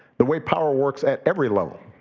the way power works at every level,